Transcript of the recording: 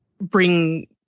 bring